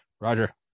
Roger